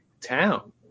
town